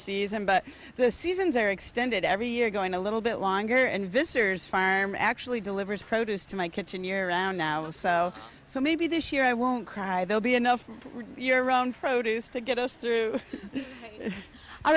season but the seasons are extended every year going a little bit longer and visitors farm actually delivers produce to my kitchen year round now so so maybe this year i won't cry they'll be enough you're wrong produce to get us through all